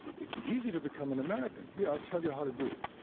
it's easy to become an american. here, i'll tell you how to do it.